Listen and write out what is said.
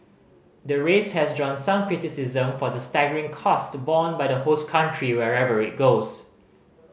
the race has drawn some criticism for the staggering cost borne by the host country wherever it goes